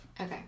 Okay